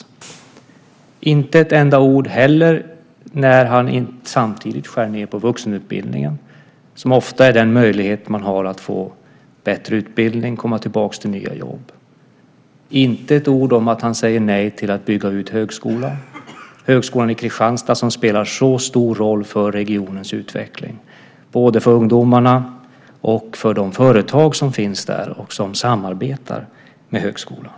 Han säger inte heller ett enda ord om att han samtidigt skär ned på vuxenutbildningen, som ofta är den möjlighet man har att få bättre utbildning och komma tillbaka till nya jobb. Han säger inte ett ord om att han säger nej till att bygga ut högskolan i Kristianstad som spelar så stor roll för regionens utveckling, både för ungdomarna och för de företag som finns där och som samarbetar med högskolan.